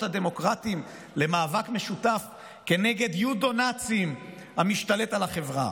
הדמוקרטיים למאבק משותף כנגד יודו-נאצים המשתלטים על החברה.